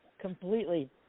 completely